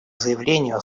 заявлению